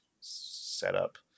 setup